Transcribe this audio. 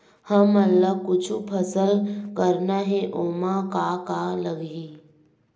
हमन ला कुछु फसल करना हे ओमा का का लगही?